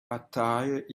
attire